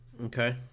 Okay